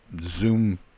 Zoom